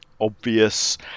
obvious